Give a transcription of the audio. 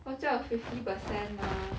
我叫 fifty percent mah